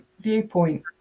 viewpoint